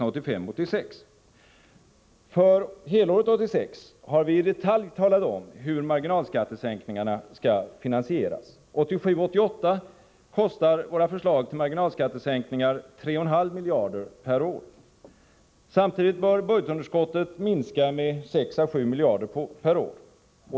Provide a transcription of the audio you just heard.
För helåret 1986 har vi i detalj talat om hur marginalskattesänkningarna skall finansieras. 1987 och 1988 kostar våra förslag till marginalskattesänkningar 3,5 miljarder per år. Samtidigt bör budgetunderskottet minskas med 6-7 miljarder per år.